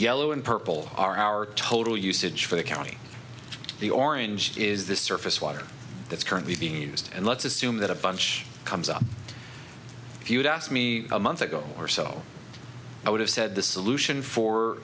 yellow and purple are our total usage for the county the orange is the surface water that's currently being used and let's assume that a bunch comes up if you'd asked me a month ago or so i would have said the solution for